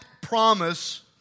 promise